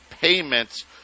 payments